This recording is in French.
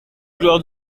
gloire